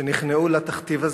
שנכנעו לתכתיב הזה.